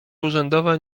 urzędowa